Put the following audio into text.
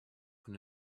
von